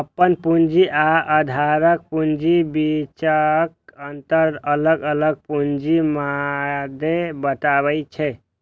अपन पूंजी आ उधारक पूंजीक बीचक अंतर अलग अलग पूंजीक मादे बतबै छै